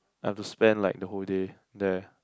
I have to spend like the whole day there